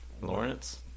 Lawrence